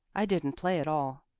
i didn't play at all.